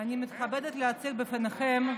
מתכבדת להציג בפניכם,